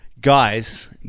Guys